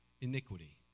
iniquity